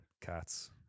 cats